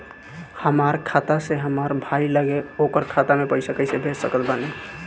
हमार खाता से हमार भाई लगे ओकर खाता मे पईसा कईसे भेज सकत बानी?